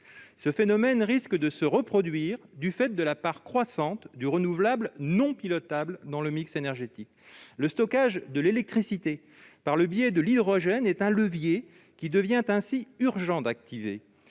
Ce phénomène risque de se reproduire en raison de la part croissante du renouvelable non pilotable dans le mix énergétique. Le stockage de l'électricité par le biais de l'hydrogène est un levier qu'il devient donc urgent d'activer,